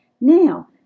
Now